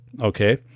okay